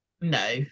no